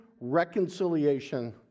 reconciliation